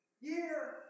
Year